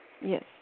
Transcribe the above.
Yes